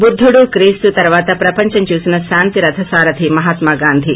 బుద్దుడు క్రిస్తు తరువాత ప్రపంచం చూసిన శాంతి రధసారధి మహాత్మా గాంధీ